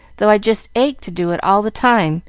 though i just ached to do it all the time,